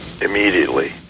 immediately